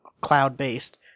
cloud-based